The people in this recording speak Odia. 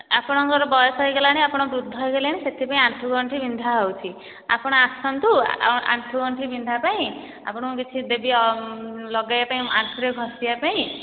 ଆପଣଙ୍କ ବୟସ ହୋଇଗଲାଣି ଆପଣ ବୃଦ୍ଧ ହୋଇଗଲେଣି ସେଥିପାଇଁ ଆଣ୍ଠୁ ଗଣ୍ଠି ବିନ୍ଧା ହେଉଛି ଆପଣ ଆସନ୍ତୁ ଆଉ ଆଣ୍ଠୁ ଗଣ୍ଠି ବିନ୍ଧା ପାଇଁ ଆପଣଙ୍କୁ କିଛି ଦେବି ଲଗାଇବା ପାଇଁ ଆଣ୍ଠୁରେ ଘଷିବା ପାଇଁ